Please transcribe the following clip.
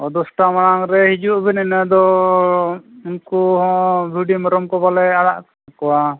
ᱫᱚᱥᱴᱟ ᱢᱟᱲᱟᱝ ᱨᱮ ᱦᱤᱡᱩᱜ ᱵᱤᱱ ᱤᱱᱟᱹ ᱫᱚ ᱩᱱᱠᱩ ᱦᱚᱸ ᱵᱷᱤᱰᱤ ᱢᱮᱨᱚᱢ ᱠᱚ ᱵᱟᱞᱮ ᱟᱲᱟᱜ ᱠᱚᱣᱟ